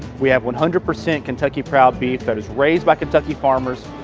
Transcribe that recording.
we have one hundred percent kentucky proud beef that is raised by kentucky farmers.